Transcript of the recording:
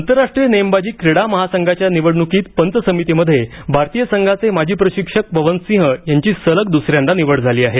आंतरराष्ट्रीय नेमबाजी क्रीडा महासंघाच्या निवडण्कीत पंच समितीमध्ये भारतीय संघाचे माजी प्रशिक्षक पवन सिंह यांची सलग दुसऱ्यांदा निवड झाली आहे